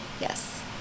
Yes